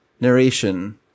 narration